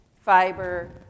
fiber